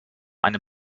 einem